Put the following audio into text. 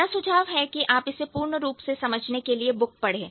मेरा सुझाव है कि आप इसे पूर्ण रूप से समझने के लिए बुक पढ़े